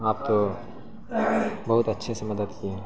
آپ تو بہت اچھے سے مدد کیے